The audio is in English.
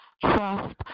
trust